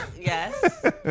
yes